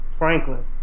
Franklin